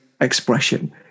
expression